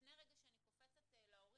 לפני שאני קופצת להורים,